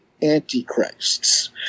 antichrists